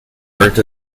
worked